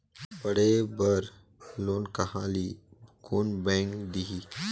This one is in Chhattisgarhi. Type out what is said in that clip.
पढ़े बर लोन कहा ली? कोन बैंक देही?